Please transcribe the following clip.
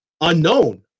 unknown